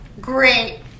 great